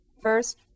First